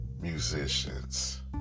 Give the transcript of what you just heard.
musicians